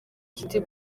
giti